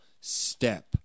step